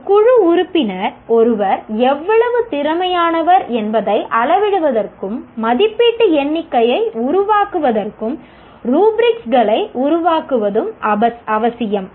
ஒரு குழு உறுப்பினர் ஒருவர் எவ்வளவு திறமையானவர் என்பதை அளவிடுவதற்கும் மதிப்பீட்டு எண்ணிக்கையை உருவாக்குவதற்கும் ருபிரிக்ஸ்ககளை உருவாக்குவதும் அவசியம்